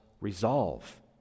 resolve